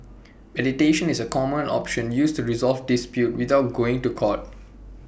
mediation is A common option used to resolve disputes without going to court